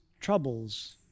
Troubles